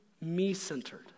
me-centered